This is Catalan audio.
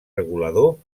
regulador